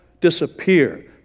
disappear